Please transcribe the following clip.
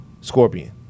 Scorpion